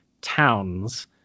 towns